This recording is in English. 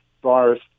virus